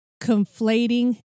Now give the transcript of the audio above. conflating